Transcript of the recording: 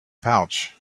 pouch